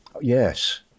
Yes